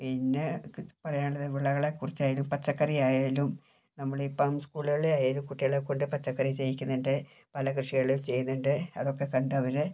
പിന്നെ പറയാനുള്ളത് വിളകളെക്കുറിച്ചായാലും പച്ചക്കറി ആയാലും നമ്മളിപ്പം സ്കൂളുകളിൽ ആയാലും കുട്ടികളെക്കൊണ്ട് പച്ചക്കറി ചെയ്യിക്കുന്നുണ്ട് പല കൃഷികളും ചെയ്യുന്നുണ്ട് അതൊക്കെ കണ്ട് അവർ